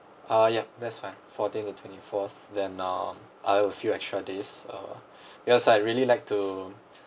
ah yeah that's fine fourteen twenty to fourth then um I'll a few extra days uh because I'd really like to